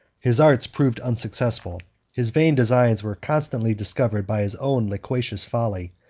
his arts proved unsuccessful his vain designs were constantly discovered by his own loquacious folly,